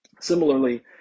Similarly